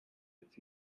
its